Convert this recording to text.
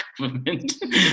government